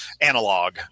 analog